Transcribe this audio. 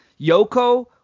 Yoko